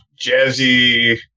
jazzy